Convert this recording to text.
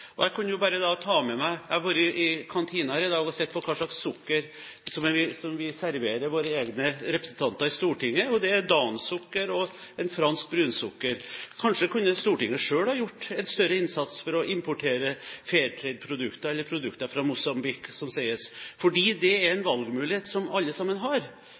import. Jeg har vært i kantinen her i dag og sett på hva slags sukker vi serverer våre egne representanter i Stortinget. Det er Dansukker og et fransk brunt sukker. Kanskje kunne Stortinget selv ha gjort en større innsats for å importere fair trade-produkter, eller produkter fra Mosambik, som det sies. Det er en valgmulighet som alle har.